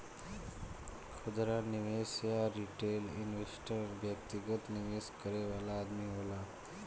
खुदरा निवेशक या रिटेल इन्वेस्टर व्यक्तिगत निवेश करे वाला आदमी होला